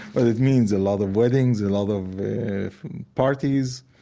but it means a lot of weddings, a lot of parties.